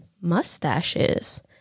mustaches